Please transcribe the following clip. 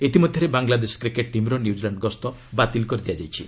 ଇତିମଧ୍ୟରେ ବାଂଲାଦେଶ କ୍ରିକେଟ୍ ଟିମ୍ର ନ୍ୟୁଜିଲାଣ୍ଡ ଗସ୍ତ ବାତିଲ କରିଦିଆଯାଇଛି